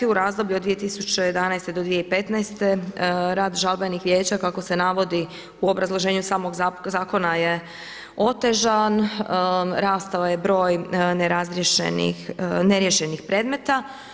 U razdoblju od 2011. do 2015. rad žalbenih vijeća kako se navodi u obrazloženju samog zakona je otežan, rastao je broj neriješenih predmeta.